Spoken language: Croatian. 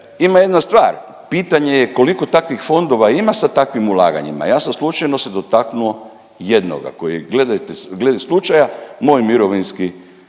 ima jedna stvar, pitanje je koliko takvih fondova ima sa takvim ulaganjima. Ja sam slučajno se dotaknuo jednoga koji gledajte, gle slučaja moj mirovinski,